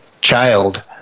child